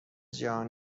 جهان